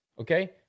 okay